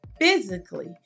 physically